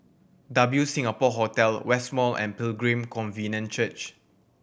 W Singapore Hotel West Mall and Pilgrim Covenant Church